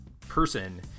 person